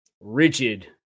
rigid